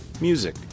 music